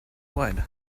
wide